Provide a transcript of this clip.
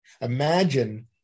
Imagine